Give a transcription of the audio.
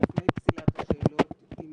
לפני פסילת השאלות, עם